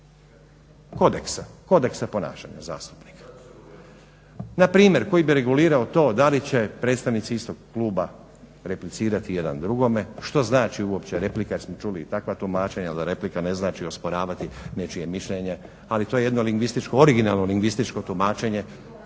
kodeksa, kodeksa ponašanja zastupnika npr. koji bi regulirao to da li će predstavnici istog kluba replicirati jedan drugome? Što znači uopće replika, jer smo čuli i takva tumačenja da replika ne znači osporavati nečije mišljenje, ali to je jedno lingvističko, originalno lingvističko tumačenje